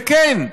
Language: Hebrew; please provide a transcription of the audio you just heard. וכן,